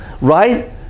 right